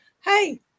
hey